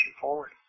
forward